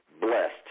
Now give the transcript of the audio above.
blessed